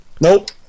Nope